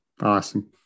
Awesome